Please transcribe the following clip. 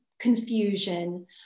confusion